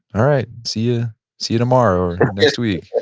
all right. see you see you tomorrow or next week.